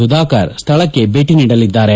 ಸುಧಾಕರ್ ಸ್ವಳಕ್ಕೆ ಭೇಟಿ ನೀಡಲಿದ್ದಾರೆ